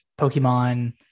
Pokemon